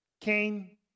Cain